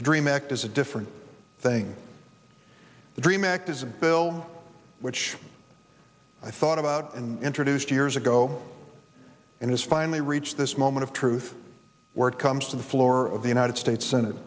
the dream act is a different thing the dream act is a bill which i thought about and introduced years ago and has finally reached this moment of truth word comes to the floor of the united states